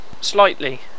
slightly